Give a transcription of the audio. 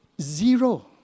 Zero